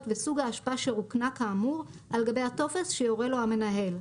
וסוג האשפה שרוקנה כאמור על גבי הטופס שיורה לו המנהל.